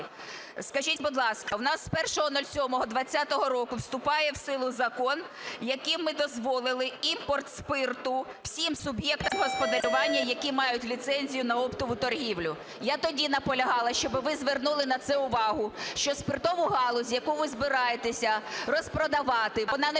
скажіть, будь ласка, в нас з 01.07.2020 року вступає в силу закон, яким ми дозволили імпорт спирту всім суб'єктам господарювання, які мають ліцензію на оптову торгівлю. Я тоді наполягала, щоби ви звернули на це увагу, що спиртову галузь, яку ви збираєтесь розпродавати, вона не